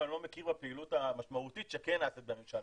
אני לא מכיר בפעילות המשמעותית שכן נעשית בממשלה,